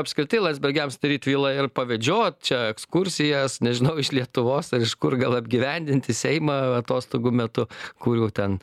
apskritai landsbergiams atidaryt vilą ir pavedžiot čia ekskursijas nežinau iš lietuvos ar iš kur gal apgyvendinti seimą atostogų metu kurių ten